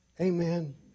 Amen